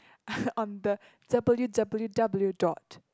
on the W W W dot